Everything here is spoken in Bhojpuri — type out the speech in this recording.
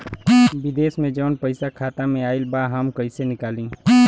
विदेश से जवन पैसा खाता में आईल बा हम कईसे निकाली?